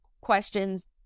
questions